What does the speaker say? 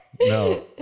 No